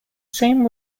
same